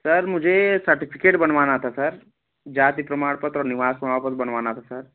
sir मुझे certificate बनवाना था सर जाति प्रमाण पत्र और निवास प्रमाण पत्र बनवाना था सर